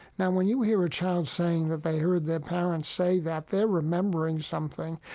now, when you hear a child saying that they heard their parents say that, they're remembering something.